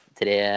tre